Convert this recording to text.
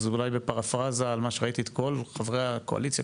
אולי בפרפרזה על מה שראיתי את כל חברי הקואליציה,